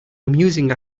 amusing